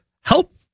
help